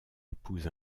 épouse